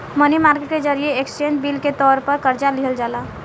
मनी market के जरिए exchange bill के तौर पर कर्जा लिहल जाला